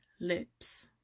lips